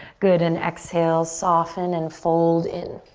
good, and exhale, soften and fold in.